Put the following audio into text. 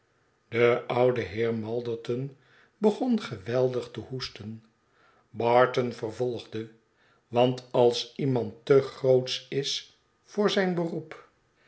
de oude heer malderton begon geweldig te hoesten barton vervolgde want als iemand te grootsch is voor zijn beroep